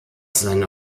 seiner